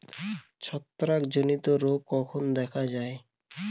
ছত্রাক জনিত রোগ কখন দেখা য়ায়?